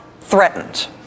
threatened